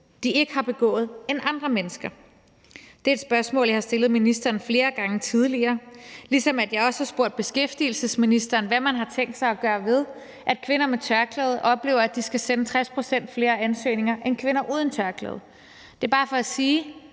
de ikke har begået, end andre danskere har. Det er et spørgsmål, jeg har stillet ministeren flere gange tidligere, ligesom jeg også har spurgt beskæftigelsesministeren om, hvad man har tænkt sig at gøre ved, at kvinder med tørklæde oplever, at de skal sende 60 pct. flere ansøgninger end kvinder uden tørklæde. Det er bare for at sige: